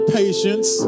patience